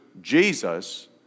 Jesus